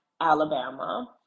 Alabama